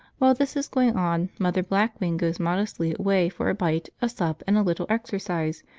while this is going on mother blackwing goes modestly away for a bite, a sup, and a little exercise,